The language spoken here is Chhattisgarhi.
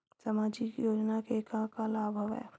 सामाजिक योजना के का का लाभ हवय?